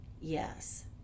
yes